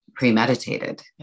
premeditated